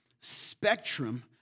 spectrum